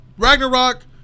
Ragnarok